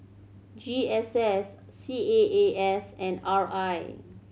G S S C A A S and R I